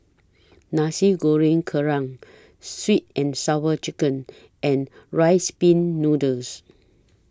Nasi Goreng Kerang Sweet and Sour Chicken and Rice Pin Noodles